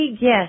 yes